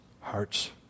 hearts